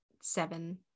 seven